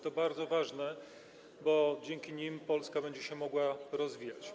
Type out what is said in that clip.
To bardzo ważne, bo dzięki nim Polska będzie się mogła rozwijać.